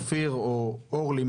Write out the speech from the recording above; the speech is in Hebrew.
אופיר או אורלי,